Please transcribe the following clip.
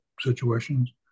situations